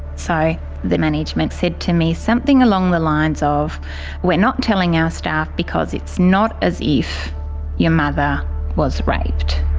so their management said to me something along the lines of we're not telling our staff because it's not as if your mother was raped.